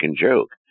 joke